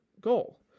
goal